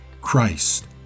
Christ